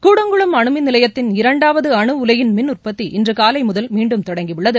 கூடங்குளம் அனுமின் நிலையத்தின் இரண்டாவது அனு உலையின் மின் உற்பத்தி இன்று காலை முதல் மீண்டும் தொடங்கியுள்ளது